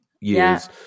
years